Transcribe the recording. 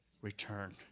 Return